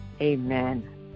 Amen